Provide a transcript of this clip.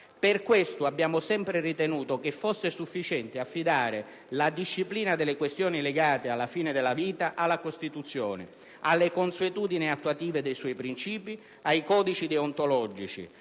Per questo abbiamo sempre ritenuto che fosse sufficiente affidare la disciplina delle questioni legate alla fine della vita alla Costituzione, alle consuetudini attuative dei suoi principi, ai codici deontologici,